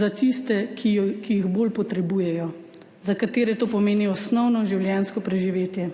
za tiste, ki jih bolj potrebujejo, za katere to pomeni osnovno življenjsko preživetje.